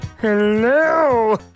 Hello